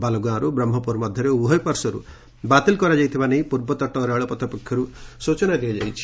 ବାଲୁଗାଁରୁ ବ୍ରହ୍କପୁର ମଧ୍ଧରେ ଉଭୟ ପାଶ୍ୱରୁ ବାତିଲ୍ କରାଯାଇଥିବା ନେଇ ପୂର୍ବତଟ ରେଳପଥ ପକ୍ଷରୁ ସୂଚନା ଦିଆଯାଇଛି